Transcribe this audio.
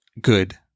good